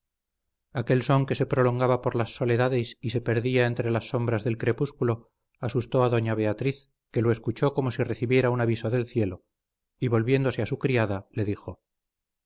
aquel son que se prolongaba por las soledades y se perdía entre las sombras del crepúsculo asustó a doña beatriz que lo escuchó como si recibiera un aviso del cielo y volviéndose a su criada le dijo